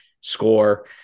score